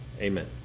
amen